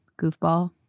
Goofball